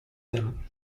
them